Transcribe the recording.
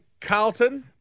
Carlton